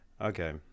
Okay